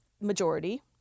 majority